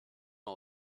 all